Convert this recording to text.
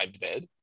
bed